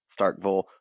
Starkville